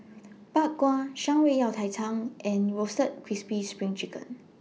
Bak Kwa Shan Rui Yao Cai Tang and Roasted Crispy SPRING Chicken